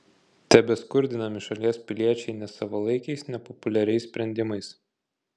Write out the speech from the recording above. tebeskurdinami šalies piliečiai nesavalaikiais nepopuliariais sprendimais